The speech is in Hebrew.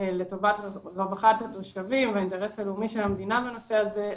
לטובת רווחת התושבים והאינטרס הלאומי של המדינה בנושא הזה,